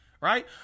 Right